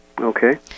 Okay